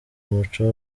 umuco